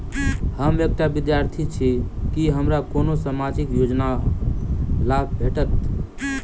हम एकटा विद्यार्थी छी, की हमरा कोनो सामाजिक योजनाक लाभ भेटतय?